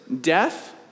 death